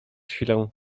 chwilę